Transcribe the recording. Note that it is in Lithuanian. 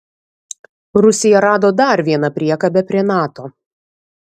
rusija rado dar vieną priekabę prie nato